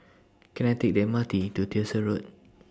Can I Take The M R T to Tyersall Road